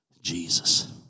Jesus